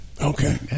okay